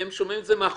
הם שומעים את זה מהחוקר.